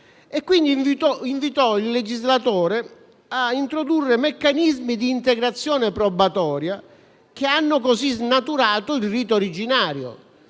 e quindi invitò il legislatore a introdurre meccanismi d'integrazione probatoria che hanno così snaturato il rito originario,